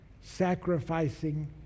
Sacrificing